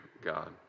God